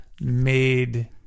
made